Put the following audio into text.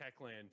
Techland